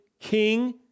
King